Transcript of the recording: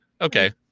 Okay